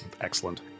Excellent